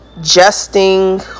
jesting